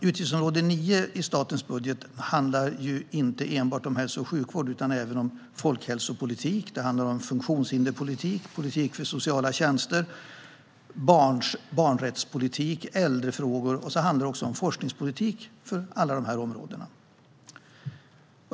Utgiftsområde 9 i statens budget handlar inte enbart om hälso och sjukvård utan även om folkhälsopolitik, funktionshinderspolitik, politik för sociala tjänster, barnrättspolitik, äldrefrågor och forskningspolitik för alla dessa områden.